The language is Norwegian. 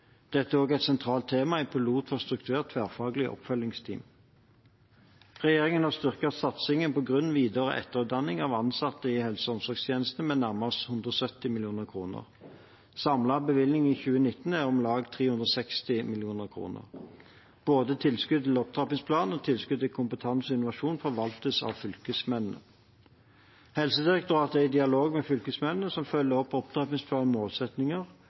Dette er også et sentralt tema i pilot for strukturert tverrfaglig oppfølgingsteam. Regjeringen har styrket satsingen på grunn-, videre- og etterutdanning av ansatte i helse- og omsorgstjenestene med nærmere 170 mill. kr. Samlet bevilgning i 2019 er om lag 360 mill. kr. Både tilskuddet til opptrappingsplanen og tilskuddet til kompetanse og innovasjon forvaltes av fylkesmennene. Helsedirektoratet er i dialog med fylkesmennene som følger opp opptrappingsplanens målsettinger,